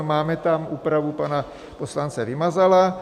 Máme tam úpravu pana poslance Vymazala.